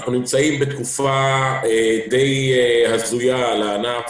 אנחנו נמצאים בתקופה די הזויה לענף.